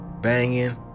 banging